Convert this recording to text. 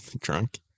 drunk